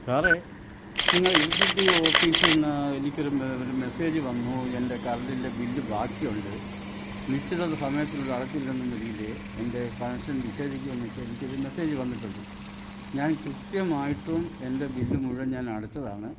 സാറേ നിങ്ങൾ ഇലക്ട്രിസിറ്റി ഓഫീസിൽ നിന്ന് എനിക്കൊരു മെ ഒരു മെസേജ് വന്നു എൻറ്റെ കറൻറ്റിൻറ്റെ ബില്ല് ബാക്കിയുണ്ട് നിശ്ചിത സമയത്തിനുള്ളിൽ അടച്ചില്ലെന്ന നിലയിലെ എൻറ്റെ കണക്ഷൻ നിഷേധിക്കും എന്നൊക്കെ എനിക്കൊരു മെസേജ് വന്നിട്ടുണ്ട് ഞാൻ കൃത്യമായിട്ടും എൻറ്റെ ബില്ലു മുഴുവൻ ഞാൻ അടച്ചതാണ്